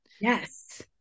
yes